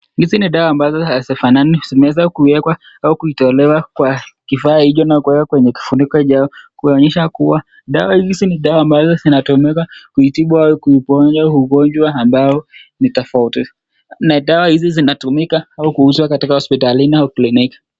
Hizi ni dawa ambazo hazifanani. Zimeeza kuekwa au kutolewa kwa kifaa hicho na kuekwa kwenye kifuniko chao kuonyesha kuwa, dawa hizi ni dawa ambazo zinatumika kuitibu au kuuponya ugonjwa ambao ni tofauti na dawa hizi zinatumika au kuuzwa katika hospitalini au kliniki.